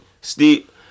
Steve